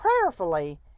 Prayerfully